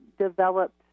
developed